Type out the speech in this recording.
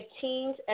teens